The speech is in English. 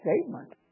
statement